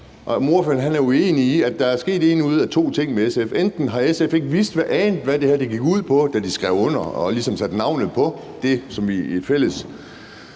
ordføreren er uenig i, at der er sket en ud af to ting med SF: Enten har SF ikke anet, hvad det her gik ud på, da de skrev under og ligesom satte deres navn på det, som vi i fælles